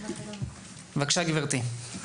בבקשה, גברתי.